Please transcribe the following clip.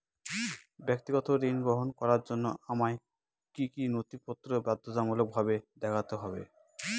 ব্যক্তিগত ঋণ গ্রহণ করার জন্য আমায় কি কী নথিপত্র বাধ্যতামূলকভাবে দেখাতে হবে?